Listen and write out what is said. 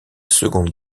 seconde